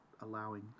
allowing